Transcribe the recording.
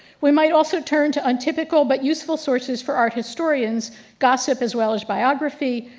we might also turn to untypical but useful sources for art historians gossip, as well as biography,